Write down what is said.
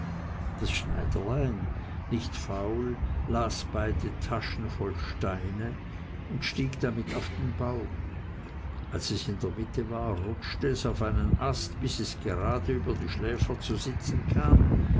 das schneiderlein nicht faul las beide taschen voll steine und stieg damit auf den baum als es in der mitte war rutschte es auf einen ast bis es gerade über die schläfer zu sitzen kam